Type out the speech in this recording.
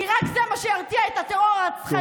כי רק זה מה שירתיע את הטרור הרצחני